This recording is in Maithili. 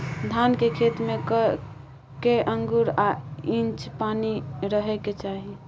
धान के खेत में कैए आंगुर आ इंच पानी रहै के चाही?